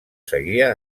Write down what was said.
seguia